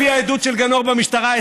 לפי העדות של גנור במשטרה,